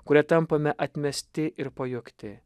kurie tampame atmesti ir pajuokti